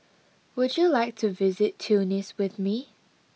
would you like to visit Tunis with me